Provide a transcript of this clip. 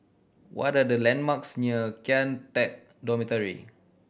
what are the landmarks near Kian Teck Dormitory